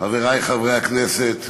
חברי חברי הכנסת,